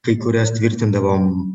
kai kurias tvirtindavom